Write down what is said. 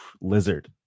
Lizard